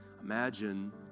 Imagine